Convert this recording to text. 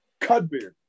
Cudbear